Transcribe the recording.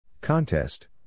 Contest